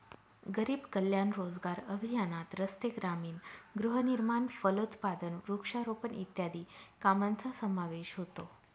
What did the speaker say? गरीब कल्याण रोजगार अभियानात रस्ते, ग्रामीण गृहनिर्माण, फलोत्पादन, वृक्षारोपण इत्यादी कामांचा समावेश होतो